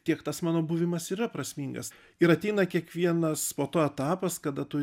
tiek tas mano buvimas yra prasmingas ir ateina kiekvienas po to etapas kada tu